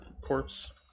corpse